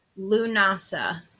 Lunasa